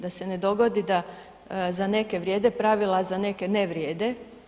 Da se ne dogodi da za neke vrijede pravila, a za neke ne vrijede.